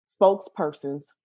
spokespersons